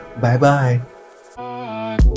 Bye-bye